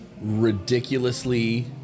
Ridiculously